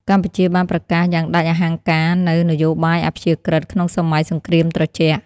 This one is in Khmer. កម្ពុជាបានប្រកាសយ៉ាងដាច់អហង្ការនូវ "នយោបាយអព្យាក្រឹត" ក្នុងសម័យសង្គ្រាមត្រជាក់។